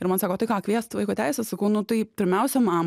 ir man sako tai ką kviest vaiko teises sakau nu tai pirmiausia man